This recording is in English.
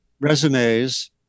resumes